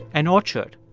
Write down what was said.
an orchard,